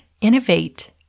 innovate